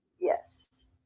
Yes